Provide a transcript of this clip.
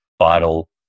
vital